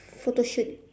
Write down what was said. photoshoot